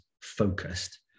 focused